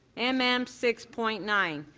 and mm um six point nine.